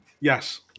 Yes